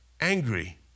angry